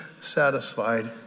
satisfied